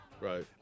right